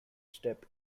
step